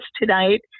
tonight